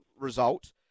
result